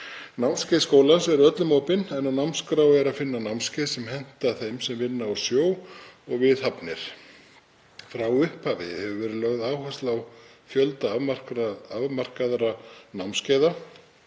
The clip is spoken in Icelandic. Námskeið skólans eru öllum opin, en á námskrá er að finna námskeið sem henta þeim sem vinna á sjó eða við hafnir. Frá upphafi hefur verið lögð áhersla á fjölda afmarkaðra námskeiða